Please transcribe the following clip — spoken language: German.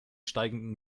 steigenden